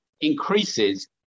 increases